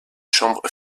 chambre